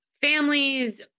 families